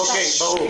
אוקיי, ברור.